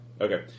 Okay